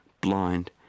blind